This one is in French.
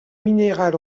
minéral